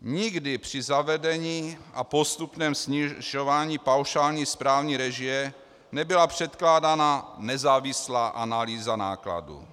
Nikdy při zavedení a postupném snižování paušální správní režie nebyla předkládaná nezávislá analýza nákladů.